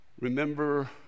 Remember